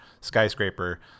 skyscraper